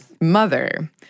Mother